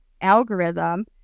algorithm